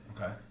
Okay